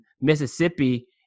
Mississippi